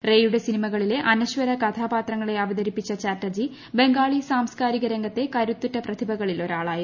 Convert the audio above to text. റേയുടെ സിനിമകളിലെ അനശ്വര കഥാപാത്രങ്ങളെ അവതരിപ്പിച്ച ചാറ്റർജി ബംഗാളി സാംസ്കാരിക രംഗത്തെ കരുത്തുറ്റ പ്രതിഭകളിൽ ഒരാളായിരുന്നു